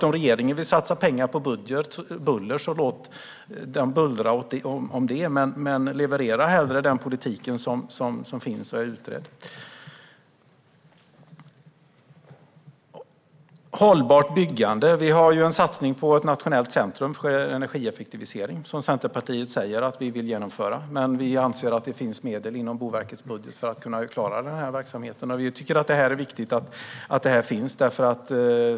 Om regeringen vill satsa pengar på buller, låt den bullra om dem, men leverera hellre den politik som finns och är utredd. Sedan var det frågan om hållbart byggande. Centerpartiet föreslår en satsning på ett nationellt centrum för energieffektivisering, men vi anser att det finns medel inom Boverkets budget för att klara verksamheten. Vi tycker att det är viktigt att denna fråga tas upp.